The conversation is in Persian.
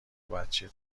بچه